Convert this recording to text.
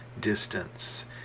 distance